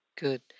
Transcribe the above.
Good